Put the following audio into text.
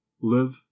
Live